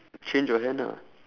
change your hand ah